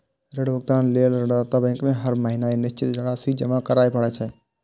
ऋण भुगतान लेल ऋणदाता बैंक में हर महीना एक निश्चित राशि जमा करय पड़ै छै